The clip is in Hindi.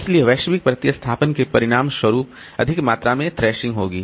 इसलिए वैश्विक प्रतिस्थापन के परिणामस्वरूप अधिक मात्रा में थ्रेशिंग होगी